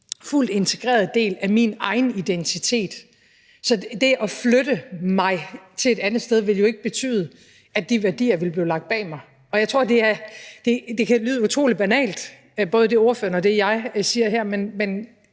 fuldt integreret del af min egen identitet. Så det at flytte mig til et andet sted ville jo ikke betyde, at de værdier ville blive lagt bag mig. Det kan lyde utrolig banalt, hvad både ordføreren og jeg siger her, men